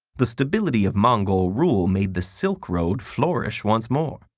the stability of mongol rule made the silk road flourish once more,